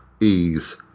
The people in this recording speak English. ease